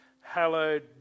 hallowed